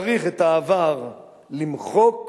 צריך את העבר למחוק,